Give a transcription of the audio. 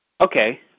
Okay